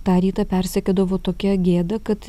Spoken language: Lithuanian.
tą rytą persekiodavo tokia gėda kad